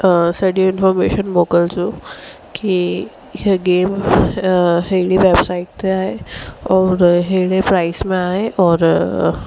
सॼी इंफोर्मेशन मोकिलजो कि इहा गेम अहिड़ी वेबसाइट ते आहे ऐं हुन अहिड़े प्राइस में आहे औरि